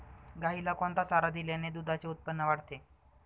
गाईला कोणता चारा दिल्याने दुधाचे उत्पन्न वाढते?